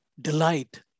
delight